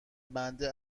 بنده